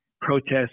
protests